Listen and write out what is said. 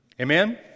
Amen